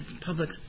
public